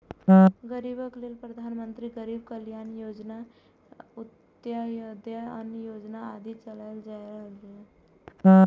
गरीबक लेल प्रधानमंत्री गरीब कल्याण योजना, अंत्योदय अन्न योजना आदि चलाएल जा रहल छै